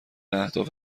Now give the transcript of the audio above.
اهداف